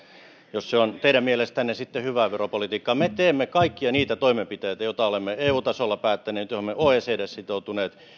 jos se on teidän mielestänne sitten hyvää veropolitiikkaa me teemme kaikkia niitä toimenpiteitä joita olemme eu tasolla päättäneet joihin olemme oecdssä sitoutuneet